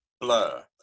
Blur